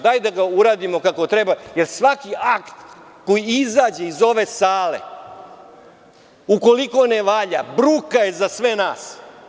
Dajte da ga uradimo kako treba, jer svaki akt koji izađe iz ove sale, ukoliko ne valja bruka je za sve nas.